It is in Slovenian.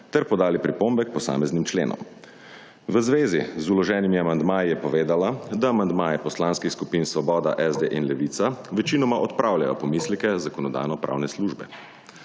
ter podali pripombe k posameznim členom. V zvezi z vloženimi amandmaji je povedala, da amandmaji poslanskih skupin Svoboda, SD in Levica večinoma odpravljajo pomisleke Zakonodajno-pravne službe.